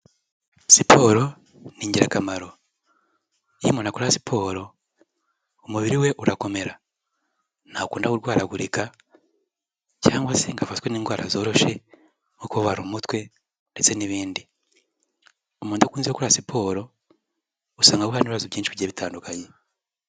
Siporo n'ingirakamaro iyo umuntu akora siporo umubiri we urakomera ntakunda kurwaragurika cyangwa se ngo afatwatwe n'indwara zoroshye nko kubara umutwe ndetse n'ibindi umuntu udakunze gukora siporo usanga ahura n'ibibazo byinshi bigiye bitandukanye.